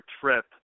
trip